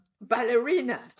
ballerina